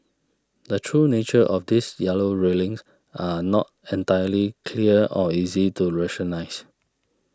the true nature of these yellow railings are not entirely clear or easy to rationalise